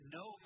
no